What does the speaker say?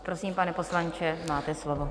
Prosím, pane poslanče, máte slovo.